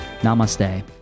Namaste